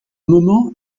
moments